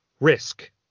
risk